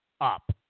up